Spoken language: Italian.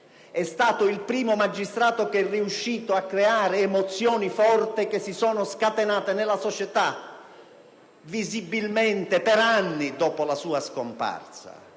È stato il primo magistrato che è riuscito a creare emozioni forti, che si sono scatenate nella società visibilmente per anni dopo la sua scomparsa.